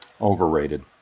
Overrated